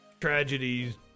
tragedies